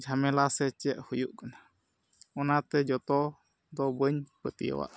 ᱡᱷᱟᱢᱮᱞᱟ ᱥᱮ ᱪᱮᱫ ᱦᱩᱭᱩᱜ ᱠᱟᱱᱟ ᱚᱱᱟᱛᱮ ᱡᱚᱛᱚ ᱫᱚ ᱵᱟᱹᱧ ᱯᱟᱹᱛᱭᱟᱹᱣᱟᱜᱼᱟ